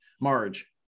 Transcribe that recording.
Marge